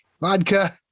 vodka